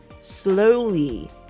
Slowly